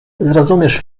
zrozumiesz